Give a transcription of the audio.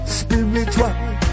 spiritual